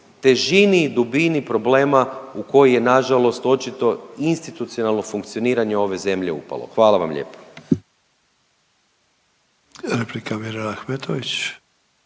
težini i dubini problema u koji je na žalost očito institucionalno funkcioniranje ove zemlje upalo. Hvala vam lijepa. **Sanader,